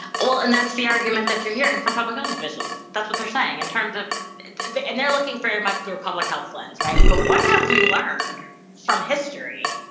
well, and that's the argument that you're hearing from public health officials. that's what they're saying in terms of and they're looking very much through a public health lens, right? but what have we learned from history,